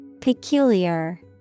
Peculiar